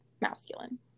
masculine